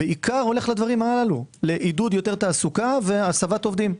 בעיקר הולך לדברים הללו- לעידוד יותר תעסוקה והסבת עובדים.